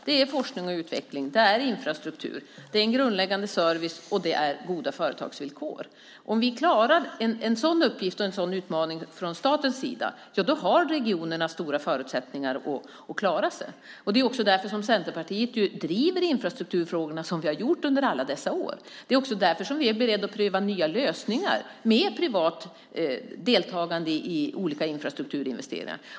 Det är forskning och utveckling, infrastruktur, grundläggande service och goda företagsvillkor. Om vi från statens sida klarar en sådan uppgift och utmaning har regionerna stora förutsättningar att klara sig. Det är därför Centerpartiet driver infrastrukturfrågorna så som vi har gjort under alla år. Det är också därför vi är beredda att pröva nya lösningar med privat deltagande i olika infrastrukturinvesteringar.